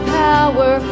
power